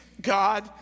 God